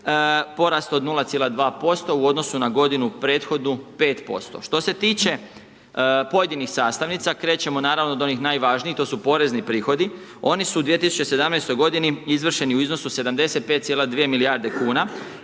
porast od 0,2% u odnosu na godinu prethodnu 5% Što se tiče pojedinih sastavnica, krećemo naravno od onih najvažnijih, to su porezni prihodi. Oni su u 2017. godini izvršeni u iznosu 75,2 milijarde kuna,